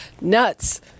nuts